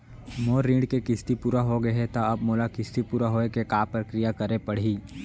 मोर ऋण के किस्ती पूरा होगे हे ता अब मोला किस्ती पूरा होए के का प्रक्रिया करे पड़ही?